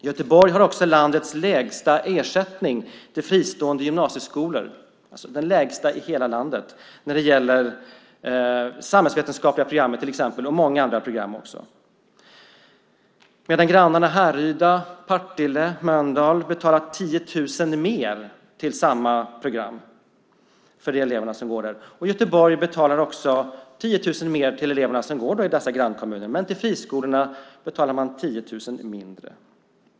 Göteborg har också lägsta ersättning i hela landet till fristående gymnasier när det gäller samhällsvetenskapliga och många andra program, medan grannarna Härryda, Partille, Mölndal betalar 10 000 mer till samma program. Göteborg betalar också 10 000 mer för elever som går i dessa grannkommuner, men för friskolorna betalar man 10 000 kronor mindre.